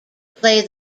play